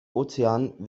ozean